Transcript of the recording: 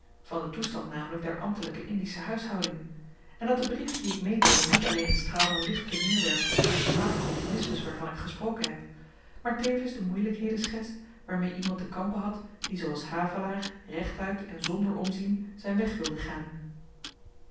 van den toestand namelyk der ambtelyke indische huishouding en dat de brief dien ik meedeel niet alleen een straal van licht te meer werpt op t kunstmatig optimismus waarvan ik gesproken heb maar tevens de moeielykheden schetst waarmee iemand te kampen had die zooals havelaar rechtuit en zonder omzien zyn weg wilde gaan